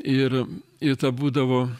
ir i ta būdavo